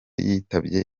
yitabye